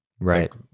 right